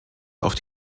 auf